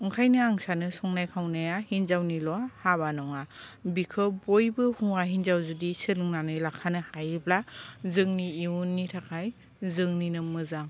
ओंखायो आं सानो संनाय खावनाया हिनजावनिल' हाबा नङा बेखौ बयबो हौवा हिनजाव जुदि सोलोंनानै लाखानो हायोब्ला जोंनि इयुननि थाखाय जोंनिनो मोजां